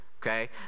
okay